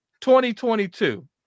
2022